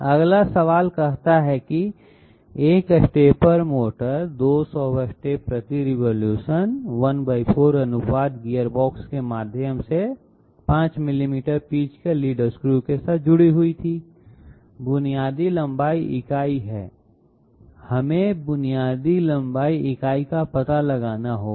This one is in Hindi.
अगला सवाल कहता है की एक स्टेपर मोटर 200 स्टेप प्रति रिवॉल्यूशन 14 अनुपात गियरबॉक्स के माध्यम से 5 मिलीमीटर पिच के लीड स्क्रू के साथ जुड़ी हुई थी बुनियादी लंबाई इकाई है हमें बुनियादी लंबाई इकाई का पता लगाना होगा